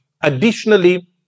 Additionally